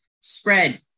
spread